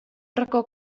racó